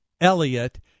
Elliot